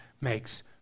makes